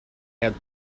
had